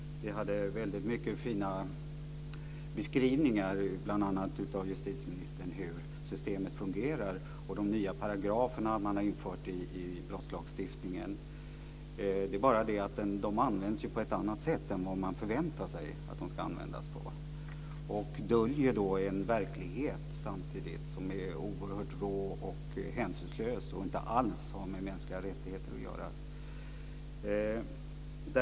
De hade väldigt många fina beskrivningar, bl.a. från justitieministern, av hur systemet fungerar och av de nya paragrafer som man har infört i brottslagstiftningen. Det är bara det att de används på ett annat sätt än vad man förväntar sig att de ska. De döljer samtidigt en verklighet som är oerhört rå och hänsynslös och som inte alls har med mänskliga rättigheter att göra.